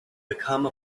become